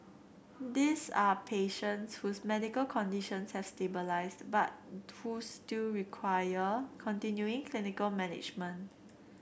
these are patients whose medical conditions has stabilised but who still require continuing clinical management